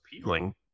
appealing